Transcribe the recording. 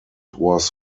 was